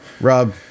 Rob